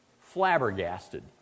flabbergasted